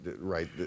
right